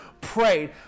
prayed